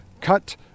cut